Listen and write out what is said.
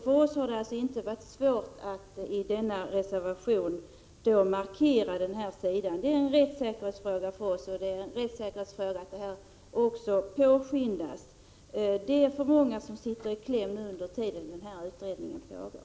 För oss har det inte varit svårt att i reservationen markera detta. Det är en rättssäkerhetsfråga för oss, och det är en rättssäkerhetsfråga att ärendet påskyndas. Det är för många som sitter i kläm under den tid utredningen pågår.